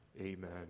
Amen